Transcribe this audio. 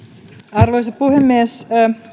arvoisa puhemies